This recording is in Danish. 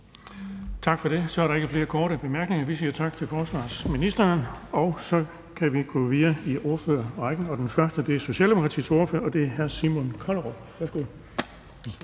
Tak for det. Der er ikke flere korte bemærkninger. Vi siger tak til forsvarsministeren. Så kan vi gå videre i ordførerrækken, og den første ordfører er Socialdemokratiets ordfører, hr. Simon Kollerup.